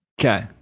Okay